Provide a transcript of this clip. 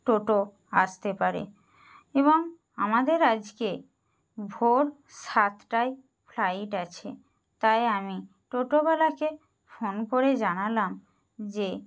টোটো আসতে পারে এবং আমাদের আজকে ভোর সাতটায় ফ্লাইট আছে তাই আমি টোটোওয়ালাকে ফোন করে জানালাম যে